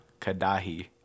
Kadahi